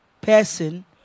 person